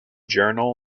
journal